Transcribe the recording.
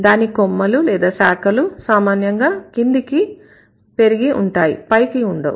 దాని కొమ్మలు లేదా శాఖలు సామాన్యంగా క్రిందికి పెరిగి ఉంటాయి పైకి ఉండవు